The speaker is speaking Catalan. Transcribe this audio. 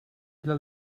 del